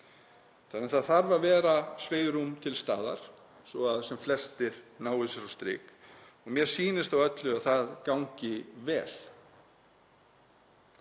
í lás. Það þarf að vera svigrúm til staðar svo að sem flestir nái sér á strik og mér sýnist á öllu að það gangi vel.